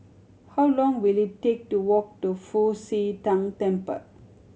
how long will it take to walk to Fu Xi Tang Temple